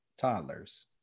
toddlers